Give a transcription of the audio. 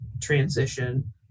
transition